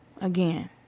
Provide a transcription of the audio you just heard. again